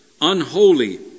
unholy